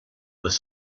was